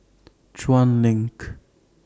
Chuan LINK